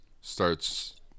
starts